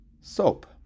soap